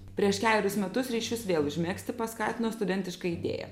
prieš kelerius metus ryšius vėl užmegzti paskatino studentiška idėja